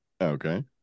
okay